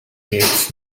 gives